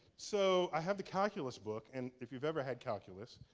so, i had the calculus book and, if you've ever had calculus,